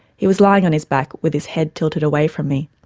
he was lying on his back with his head tilted away from me,